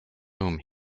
whom